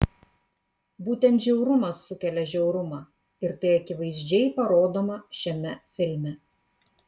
būtent žiaurumas sukelia žiaurumą ir tai akivaizdžiai parodoma šiame filme